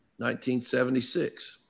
1976